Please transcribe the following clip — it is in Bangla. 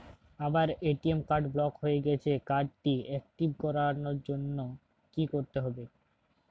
আমার এ.টি.এম কার্ড ব্লক হয়ে গেছে কার্ড টি একটিভ করার জন্যে কি করতে হবে?